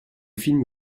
film